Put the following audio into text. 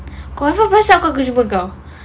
confirm aku akan jumpa kau